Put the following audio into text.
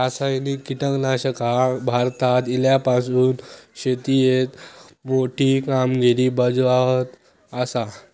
रासायनिक कीटकनाशका भारतात इल्यापासून शेतीएत मोठी कामगिरी बजावत आसा